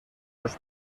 los